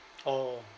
oh